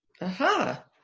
Aha